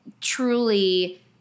truly